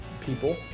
people